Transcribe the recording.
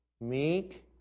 meek